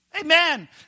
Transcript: Amen